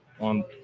on